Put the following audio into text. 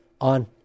on